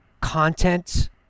content